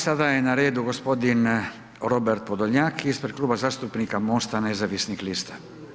Sada je na redu gospodin Robert Podolnjak, ispred Kluba zastupnika Mosta nezavisnih lista.